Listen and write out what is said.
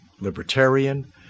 libertarian